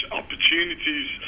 opportunities